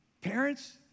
Parents